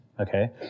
Okay